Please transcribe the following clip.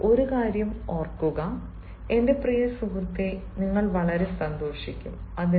ഇപ്പോൾ ഒരു കാര്യം ഓർക്കുക എന്റെ പ്രിയ സുഹൃത്ത് നിങ്ങൾ വളരെ സന്തോഷിക്കും